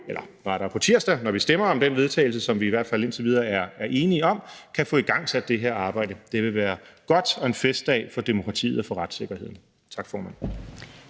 eller rettere på tirsdag, når vi stemmer om det forslag til vedtagelse, som vi i hvert fald indtil videre er enige om – kan få igangsat det her arbejde. Det vil være godt og en festdag for demokratiet og for retssikkerheden. Tak, formand.